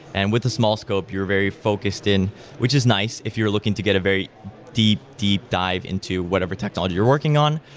and with a small scope, you're very focused in which is nice if you're looking to get a very deep deep dive into whatever technology you're working on.